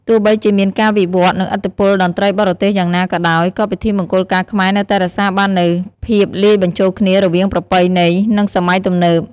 ទោះបីជាមានការវិវត្តន៍ និងឥទ្ធិពលតន្ត្រីបរទេសយ៉ាងណាក៏ដោយ ក៏ពិធីមង្គលការខ្មែរនៅតែរក្សាបាននូវភាពលាយបញ្ចូលគ្នារវាងប្រពៃណី និងសម័យទំនើប។